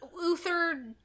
Uther